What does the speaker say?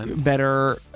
Better